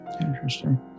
interesting